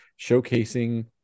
showcasing